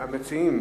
המציעים,